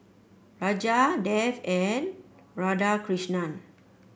Raja Dev and Radhakrishnan